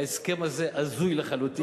ההסכם הזה הזוי לחלוטין.